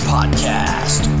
Podcast